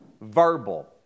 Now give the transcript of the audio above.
verbal